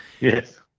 Yes